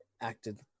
acted